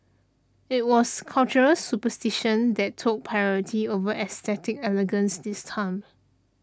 it was cultural superstition that took priority over aesthetic elegance this time